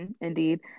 Indeed